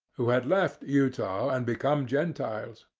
who had left utah and become gentiles.